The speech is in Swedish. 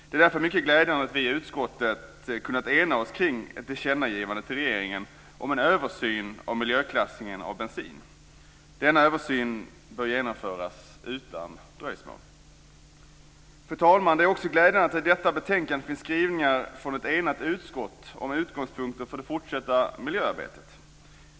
Det är därför mycket glädjande att vi i utskottet har kunnat ena oss kring ett tillkännagivande till regeringen om en översyn av miljöklassningen av bensin. Denna översyn bör genomföras utan dröjsmål. Fru talman! Det är också glädjande att det i detta betänkande finns skrivningar från ett enat utskott om utgångspunkter för det fortsatta miljöarbetet.